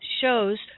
shows